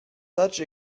such